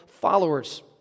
followers